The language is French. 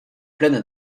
pleine